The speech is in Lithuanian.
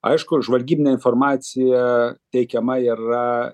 aišku žvalgybinė informacija teikiama yra